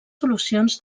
solucions